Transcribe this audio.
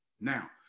Now